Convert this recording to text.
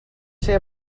ser